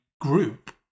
group